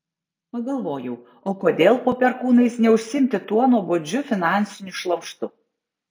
pagalvojau o kodėl po perkūnais neužsiimti tuo nuobodžiu finansiniu šlamštu